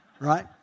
right